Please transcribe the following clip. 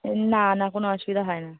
না না কোনো অসুবিধা হয় না